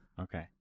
Okay